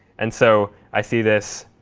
and so i see this